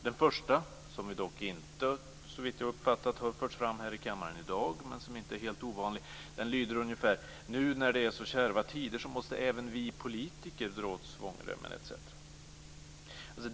Den första typen av argument, som vi dock som jag har uppfattat det, inte fört fram här i kammaren i dag, men som inte är helt ovanlig, den lyder: Nu när det är så kärva tider måste även vi politiker dra åt svångremmen, etc.